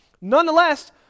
Nonetheless